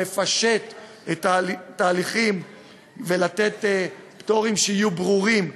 לפשט את התהליכים ולתת פטורים שיהיו ברורים,